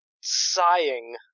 sighing